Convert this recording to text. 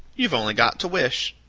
you've only got to wish.